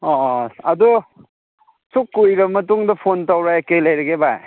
ꯑꯣ ꯑꯗꯨ ꯑꯁꯨꯛ ꯀꯨꯏꯔ ꯃꯇꯨꯡꯗ ꯐꯣꯟ ꯇꯧꯔꯛꯑꯦ ꯀꯩ ꯂꯩꯔꯒꯦ ꯚꯥꯏ